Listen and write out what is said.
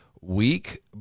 week